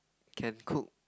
can cook